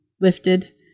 lifted